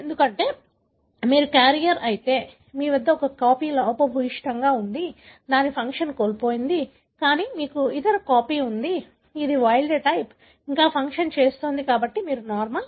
ఎందుకంటే మీరు క్యారియర్ అయితే మీ వద్ద ఒక కాపీ లోపభూయిష్టంగా ఉంది దాని ఫంక్షన్ కోల్పోయింది కానీ మీకు ఇతర కాపీ ఉంది ఇది వైల్డ్ టైప్ ఇంకా ఫంక్షన్ చేస్తోంది కాబట్టి మీరు నార్మల్